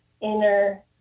inner